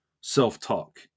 self-talk